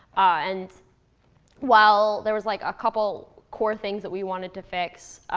and while there was like a couple core things that we wanted to fix,